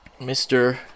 Mr